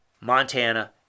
Montana